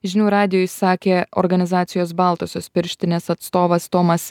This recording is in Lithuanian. žinių radijui sakė organizacijos baltosios pirštinės atstovas tomas